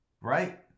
right